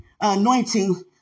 anointing